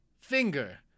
finger